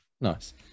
nice